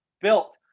built